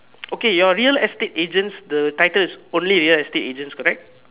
okay your real estate agents the title is only real estate agents correct